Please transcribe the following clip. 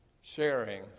sharing